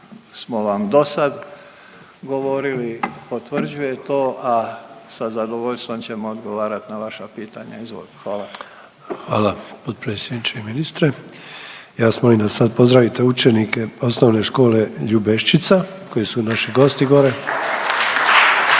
smo vam do sad govorili potvrđuje to, a sa zadovoljstvom ćemo odgovarati na vaša pitanja. Izvolite. **Sanader, Ante (HDZ)** Hvala potpredsjedniče i ministre. Ja vas molim da sad pozdravite učenike Osnovne škole Ljubeščica koji su naši gosti gore.